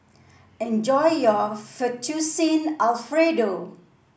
enjoy your Fettuccine Alfredo